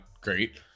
great